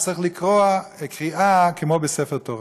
צריך לקרוע קריעה כמו בספר תורה.